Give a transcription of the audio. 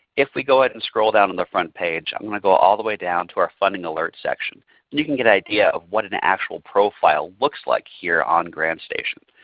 if we go ahead and scroll down on the front page, i'm going to go all the way down to our funding alert section and you can get an idea of what an actual profile looks like here on grantstation.